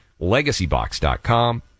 LegacyBox.com